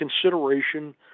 consideration